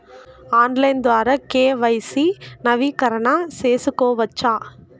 Online ద్వారా KYC నవీకరణ సేసుకోవచ్చా?